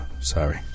sorry